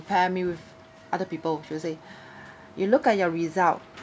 ~pare me with other people she will said you look at your result